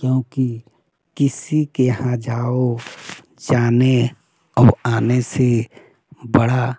क्योंकि किसी के यहाँ जाओ जाने और आने से बड़ा